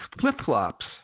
flip-flops